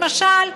למשל,